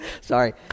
Sorry